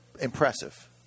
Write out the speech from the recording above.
impressive